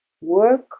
work